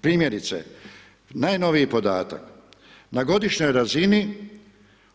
Primjerice, najnoviji podatak, na godišnjoj razini